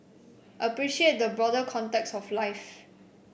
appreciate the broader context of life